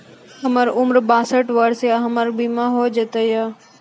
हमर उम्र बासठ वर्ष या हमर बीमा हो जाता यो?